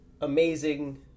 amazing